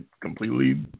completely